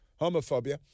homophobia